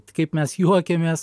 kaip mes juokiamės